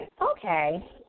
Okay